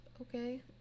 okay